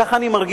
כך אני מרגיש,